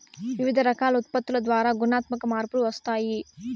వివిధ రకాల ఉత్పత్తుల ద్వారా గుణాత్మక మార్పులు వస్తాయి